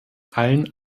allen